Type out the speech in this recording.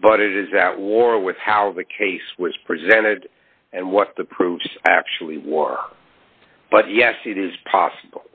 but it is at war with how the case was presented and what the proof actually wore but yes it is possible